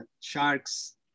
sharks